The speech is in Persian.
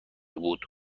بود